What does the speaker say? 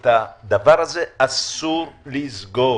את הדבר הזה אסור לסגור